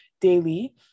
daily